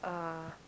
uh